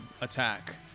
attack